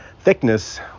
thickness